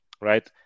right